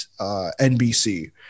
NBC